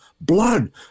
blood